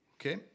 okay